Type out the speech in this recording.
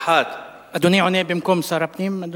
האחת, אדוני עונה במקום שר הפנים?